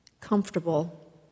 comfortable